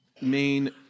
main